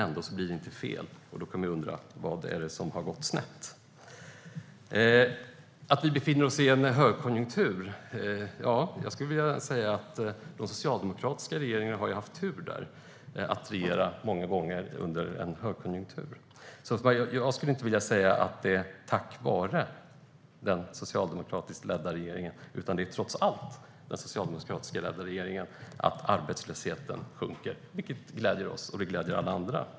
Ändå blir det fel. Då kan vi undra: Vad är det som har gått snett? Vi befinner oss i en högkonjunktur, och jag skulle vilja säga att de socialdemokratiska regeringarna har haft tur där - de har många gånger regerat under högkonjunktur. Jag skulle alltså inte vilja säga att det är tack vare den socialdemokratiskt ledda regeringen som arbetslösheten sjunker, utan det gör den trots den socialdemokratiskt ledda regeringen. Det gläder oss, och det gläder alla andra.